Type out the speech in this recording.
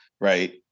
right